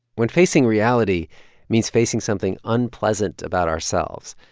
when facing reality means facing something unpleasant about ourselves,